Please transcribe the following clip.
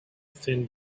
thin